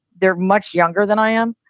they're much younger than i am.